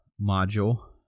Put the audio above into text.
module